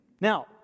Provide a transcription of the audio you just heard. Now